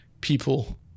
people